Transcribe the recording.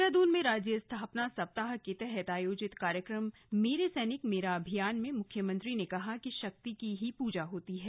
देहरादून में राज्य स्थापना सप्ताह के तहत आयोजित कार्यक्रम मेरे सैनिक मेरा अभिमान में मुख्यमंत्री ने कहा कि शक्ति की ही पूजा होती है